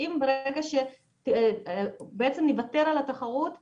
שאם ברגע שיהיה מצב שבו בעצם אנחנו נוותר על התחרות,